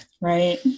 Right